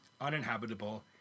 uninhabitable